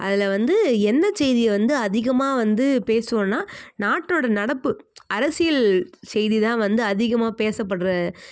அதில் வந்து என்ன செய்தியை வந்து அதிகமாக வந்து பேசுவோம்னா நாட்டோடய நடப்பு அரசியல் செய்தி தான் வந்து அதிகமாக பேசப்படுற